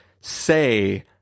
say